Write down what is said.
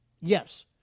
Yes